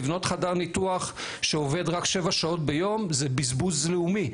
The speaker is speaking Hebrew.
לבנות חדר ניתוח שעובד רק שבע שעות ביום זה בזבוז לאומי.